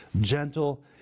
gentle